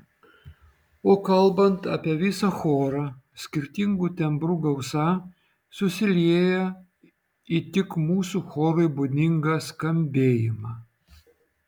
o kalbant apie visą chorą skirtingų tembrų gausa susilieja į tik mūsų chorui būdingą skambėjimą